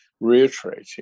reiterating